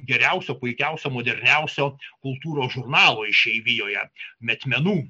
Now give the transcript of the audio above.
geriausio puikiausio moderniausio kultūros žurnalo išeivijoje metmenų